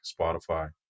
Spotify